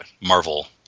marvel